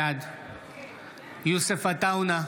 בעד יוסף עטאונה,